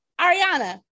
Ariana